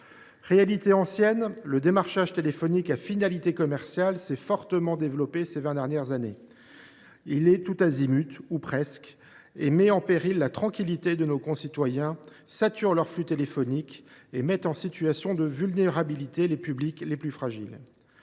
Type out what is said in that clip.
Réalité ancienne, le démarchage téléphonique à finalité commerciale s’est fortement développé ces vingt dernières années. Il est tous azimuts – ou presque –, il met en péril la tranquillité de nos concitoyens, il sature leurs flux téléphoniques et il met en situation de vulnérabilité les publics les plus fragiles.